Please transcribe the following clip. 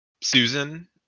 Susan